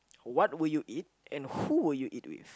what would you eat and who would you eat with